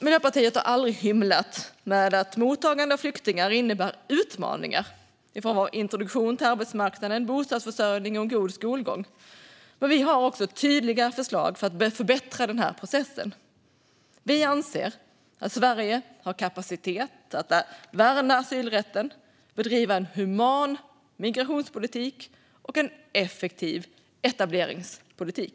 Miljöpartiet har aldrig hymlat med att mottagande av flyktingar innebär utmaningar i form av introduktion till arbetsmarknaden, bostadsförsörjning och en god skolgång. Vi har också tydliga förslag för att förbättra denna process. Vi anser att Sverige har kapacitet att både värna asylrätten och bedriva en human migrationspolitik och en effektiv etableringspolitik.